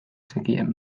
zekien